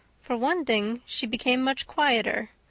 for one thing, she became much quieter.